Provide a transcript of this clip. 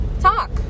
talk